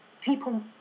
People